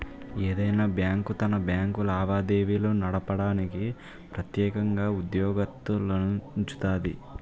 ఏదైనా బ్యాంకు తన బ్యాంకు లావాదేవీలు నడపడానికి ప్రెత్యేకంగా ఉద్యోగత్తులనుంచుతాది